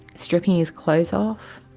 stripping his clothes off,